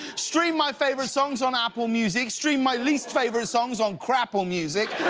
stream my favorite songs on apple music. stream my least favorite songs on crapple music.